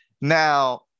now